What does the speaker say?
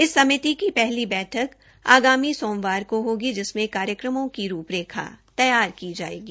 इस समिति की पहली बैठक आगामी सोमवार को होगी जिसमें कार्यकमों की रूपरेखा तैयार की जायेगी